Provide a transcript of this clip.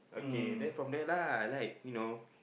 okay then from there lah I like you know